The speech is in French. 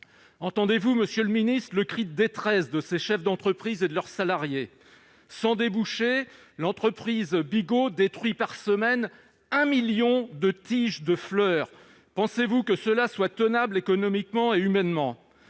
Entendez-vous, monsieur le ministre, le cri de détresse de ces chefs d'entreprise et de leurs salariés ? Sans débouchés, l'entreprise Bigot détruit un million de tiges de fleurs par semaine. Pensez-vous que cela soit tenable, économiquement et humainement ?